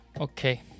Okay